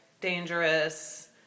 dangerous